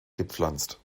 gepflanzt